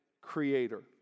creator